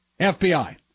FBI